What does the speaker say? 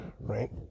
Right